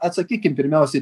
atsakykim pirmiausi